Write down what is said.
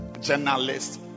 Journalists